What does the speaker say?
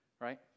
right